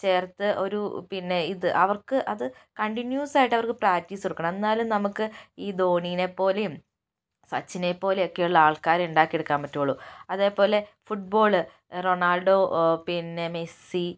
ചേർത്ത് ഒരു പിന്നെ ഇത് അവർക്ക് അത് കണ്ടിന്യൂസ് ആയിട്ടവർക്ക് പ്രാക്ടീസ് കൊടുക്കണം എന്നാലും നമുക്ക് ഈ ധോണിനെ പോലെയും സച്ചിനെ പോലെയൊക്കെയുള്ള ആൾക്കാരെ ഉണ്ടാക്കിയെടുക്കാൻ പറ്റുകയുള്ളു അതേപോലെ ഫുട്ബോള് റൊണാൾഡോ പിന്നെ മെസ്സി